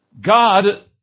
God